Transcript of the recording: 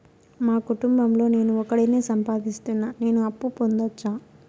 మా కుటుంబం లో నేను ఒకడినే సంపాదిస్తున్నా నేను అప్పు పొందొచ్చా